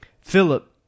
Philip